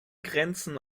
grenzen